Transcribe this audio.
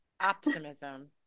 Optimism